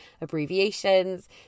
abbreviations